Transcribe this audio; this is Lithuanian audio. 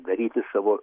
daryti savo